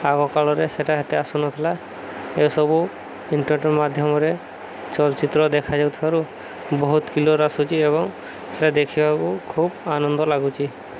ଆଗକାଳରେ ସେଇଟା ଏତେ ଆସୁନଥିଲା ଏସବୁ ଇଣ୍ଟରନେଟ୍ ମାଧ୍ୟମରେ ଚଳଚ୍ଚିତ୍ର ଦେଖା ଯାଉଥିବାରୁ ବହୁତ କ୍ଲିଅର୍ ଆସୁଛି ଏବଂ ସେଇଟା ଦେଖିବାକୁ ଖୁବ୍ ଆନନ୍ଦ ଲାଗୁଛି